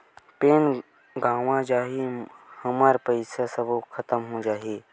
Pan गंवा जाही हमर पईसा सबो खतम हो जाही?